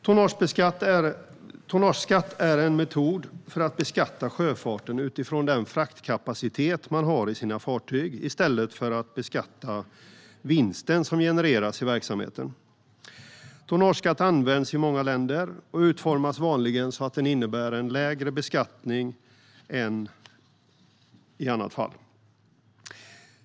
Tonnageskatt är en metod för att beskatta sjöfarten utifrån den fraktkapacitet man har i sina fartyg i stället för att beskatta vinst som genereras i verksamheten. Tonnageskatt används i många länder och utformas vanligen så att det innebär en lägre beskattning än i annat fall.